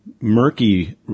murky